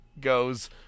Goes